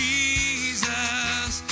Jesus